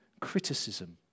Criticism